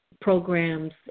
programs